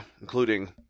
including